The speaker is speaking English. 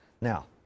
Now